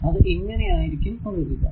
അത് ഇങ്ങനെ ആയിരിക്കും ഒഴുകുക